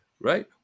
right